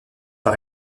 par